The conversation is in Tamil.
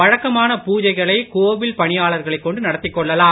வழக்கமான பூஜைகளை கோவில் பணியாளர்களைக் கொண்டு நடத்திக்கொள்ளலாம்